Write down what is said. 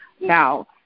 now